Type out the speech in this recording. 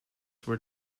were